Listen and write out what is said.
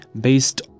based